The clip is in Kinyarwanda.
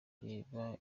reba